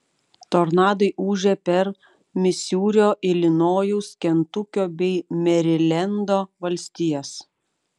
tornadai ūžė per misūrio ilinojaus kentukio bei merilendo valstijas